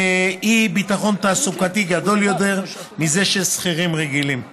אי-ביטחון תעסוקתי גדול יותר מזה של שכירים רגילים.